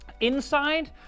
Inside